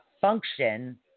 function